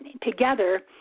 together